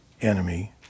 enemy